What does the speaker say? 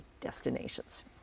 destinations